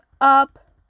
up